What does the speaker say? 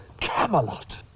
Camelot